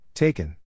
Taken